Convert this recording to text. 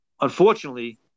unfortunately